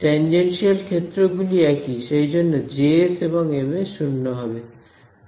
tangential ক্ষেত্রগুলি একই সেই জন্য J s এবং M s শূন্য হবে